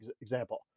example